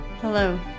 Hello